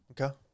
Okay